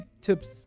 tips